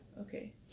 Okay